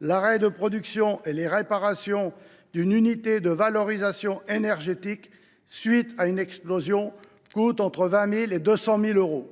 L’arrêt de la production et les réparations d’une unité de valorisation énergétique (UVE) à la suite d’une explosion coûtent entre 20 000 et 200 000 euros.